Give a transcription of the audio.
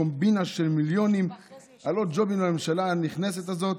קומבינה של מיליונים על עוד ג'ובים לממשלה הנכנסת הזאת."